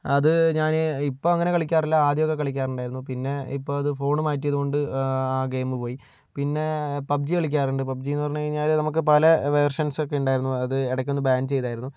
അത് ഞാൻ ഇപ്പോൾ അങ്ങനെ കളിക്കാറില്ല ആദ്യമൊക്കെ കളിക്കാറുണ്ടായിരുന്നു പിന്നെ ഇപ്പോൾ അത് ഫോൺ മാറ്റിയത് കൊണ്ട് ആ ഗെയിം പോയി പിന്നെ പബ്ജി കളിക്കാറുണ്ട് പബ്ജിയെന്ന് പറഞ്ഞു കഴിഞ്ഞാല് നമുക്ക് പല വേർഷൻസൊക്കെ ഉണ്ടായിരുന്നു അത് ഇടയ്ക്കൊന്ന് ബാൻ ചെയ്തിരുന്നു